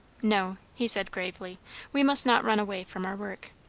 no, he said gravely we must not run away from our work.